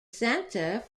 centre